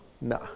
nah